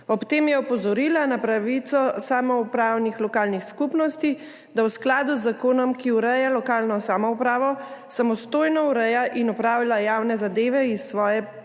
Ob tem je opozorila na pravico samoupravnih lokalnih skupnosti, da v skladu z zakonom, ki ureja lokalno samoupravo, samostojno urejajo in opravljajo javne zadeve iz svoje pristojnosti.